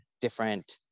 different